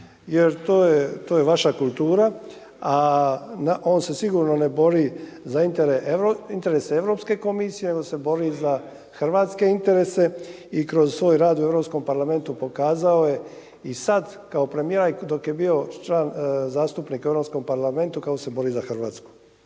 jer to je vaša kultura, a on se sigurno ne bori za interese Europske komisije nego se bori za hrvatske interese i kroz svoj rad u Europskom parlamentu pokazao je i sada kao premijer i dok je bio član zastupnika u EU parlamentu kako se bori za Hrvatsku.